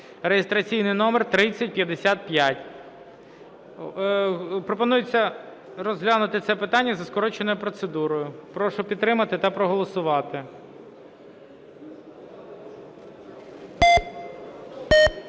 (реєстраційний номер 3055). Пропонується розглянути це питання за скороченою процедурою. Прошу підтримати та проголосувати.